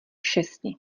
šesti